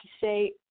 say